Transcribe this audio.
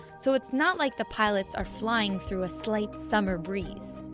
so it's not like the pilots are flying through a slight summer breeze.